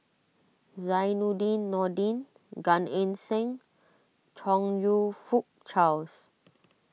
Zainudin Nordin Gan Eng Seng and Chong You Fook Charles